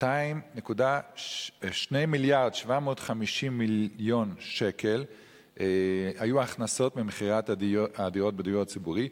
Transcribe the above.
2 מיליארד ו-750 מיליון שקל היו ההכנסות ממכירת הדירות בדיור הציבורי,